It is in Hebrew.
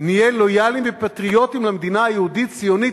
נהיה לויאלים ופטריוטים למדינה היהודית-ציונית